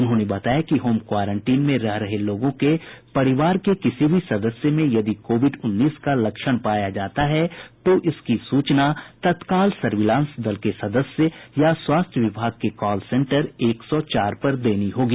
उन्होंने बताया कि होम क्वारेंटीन में रह रहे लोगों के परिवार के किसी भी सदस्य में यदि कोविड उन्नीस का लक्षण पाया जाता है तो इसकी सूचना तत्काल सर्विलांस दल के सदस्य या स्वास्थ्य विभाग के कॉल सेंटर एक सौ चार पर देनी होगी